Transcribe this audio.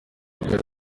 bwari